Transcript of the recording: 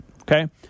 okay